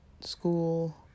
school